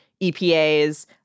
EPA's